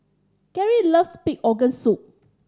Gary loves pig organ soup